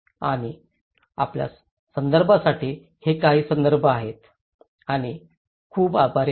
आणि आपल्या संदर्भासाठी हे काही संदर्भ आहेत आणि खूप आभारी आहे